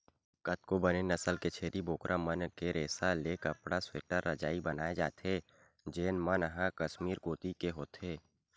कतको बने नसल के छेरी बोकरा मन के रेसा ले कपड़ा, स्वेटर, रजई बनाए जाथे जेन मन ह कस्मीर कोती के होथे